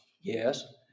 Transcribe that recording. Yes